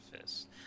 Fist